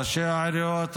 ראשי העיריות,